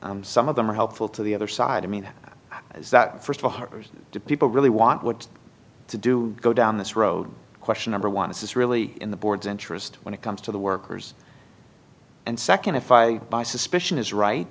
some of them are helpful to the other side i mean is that first of all harper's do people really want what to do go down this road question number one is this really in the board's interest when it comes to the workers and second if i my suspicion is right